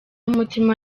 n’umutima